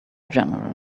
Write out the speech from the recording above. general